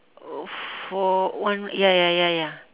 for one ya ya ya ya